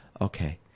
okay